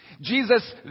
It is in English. Jesus